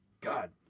god